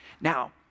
Now